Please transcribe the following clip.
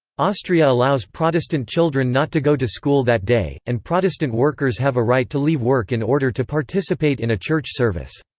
austria allows protestant children not to go to school that day, and protestant workers have a right to leave work in order to participate in a church service.